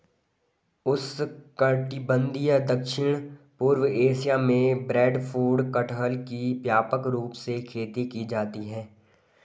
उष्णकटिबंधीय दक्षिण पूर्व एशिया में ब्रेडफ्रूट कटहल की व्यापक रूप से खेती की जाती है